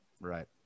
Right